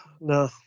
no